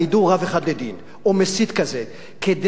או מסית כזה, כדי שהחברה הישראלית תדע